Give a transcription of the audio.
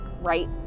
right